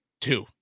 two